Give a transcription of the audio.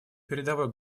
передовой